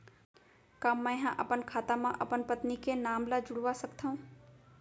का मैं ह अपन खाता म अपन पत्नी के नाम ला जुड़वा सकथव?